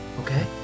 okay